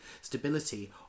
stability